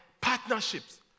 partnerships